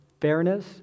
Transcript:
Fairness